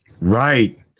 Right